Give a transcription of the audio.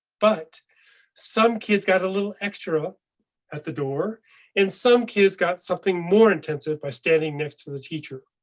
but some kids got a little extra at the door and some kids got something more intensive by standing next to the teacher.